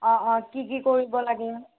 অঁ অঁ কি কি কৰিব লাগে